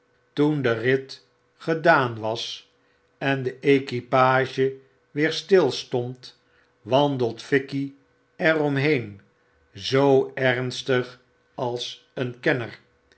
toen de rit gedaan was en de equipage weer stil stond wandelt fikey erom heen zoo ernstig als een kenner